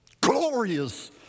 glorious